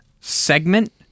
segment